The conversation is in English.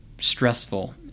stressful